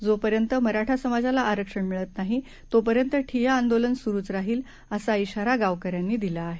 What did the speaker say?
जोपर्यंत मराठा समाजाला आरक्षण मिळत नाही तोपर्यंत ठिय्या आंदोलन सुरूच राहील असा इशारा गावकऱ्यांनी दिला आहे